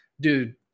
dude